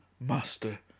master